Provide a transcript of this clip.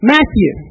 Matthew